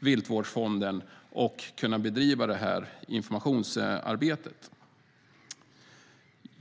Viltvårdsfonden och bedriva informationsarbetet.